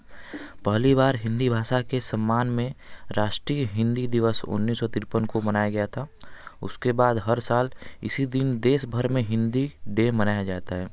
पहली बार हिंदी भाषा के सम्मान में राष्ट्रीय हिंदी दिवस उन्नीस सौ त्रेपन को मनाया गया था उसके बाद हर साल इसी दिन देश भर में हिंदी डे मनाया जाता है